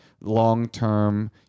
long-term